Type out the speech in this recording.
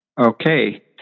Okay